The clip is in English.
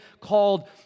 called